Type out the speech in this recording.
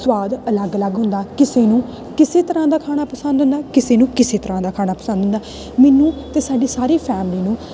ਸਵਾਦ ਅਲੱਗ ਅਲੱਗ ਹੁੰਦਾ ਕਿਸੇ ਨੂੰ ਕਿਸੇ ਤਰ੍ਹਾਂ ਦਾ ਖਾਣਾ ਪਸੰਦ ਹੁੰਦਾ ਕਿਸੇ ਨੂੰ ਕਿਸੇ ਤਰ੍ਹਾਂ ਦਾ ਖਾਣਾ ਪਸੰਦ ਹੁੰਦਾ ਮੈਨੂੰ ਅਤੇ ਸਾਡੀ ਸਾਰੀ ਫੈਮਲੀ ਨੂੰ